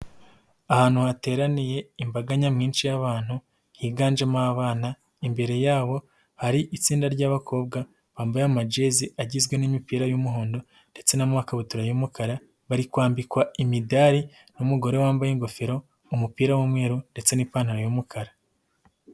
Ahantu hateraniye imbaganyamwinshi y'abantu, higanjemo abana ,imbere yabo hari itsinda ry'abakobwa bambaye amajezi agizwe n'imipira y'umuhondo ndetse n'amakabutura y'umukara, bari kwambikwa imidari n'umugore wambaye ingofero, umupira w'umweru ndetse n'ipantaro y'umukara.